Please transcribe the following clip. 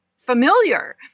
familiar